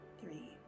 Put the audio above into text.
three